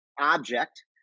object